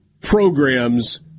programs